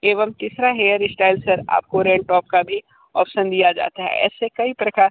एवं तीसरा hair style sir आपको रेड टॉप का भी ऑप्शन दिया जाता है ऐसे कई प्रकार